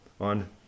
on